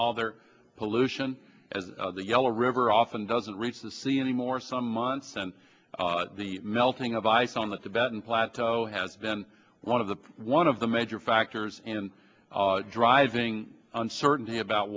all their pollution as the yellow river often doesn't reach the sea anymore some months and the melting of ice on the tibetan plateau has been one of the one of the major factors and driving uncertainty about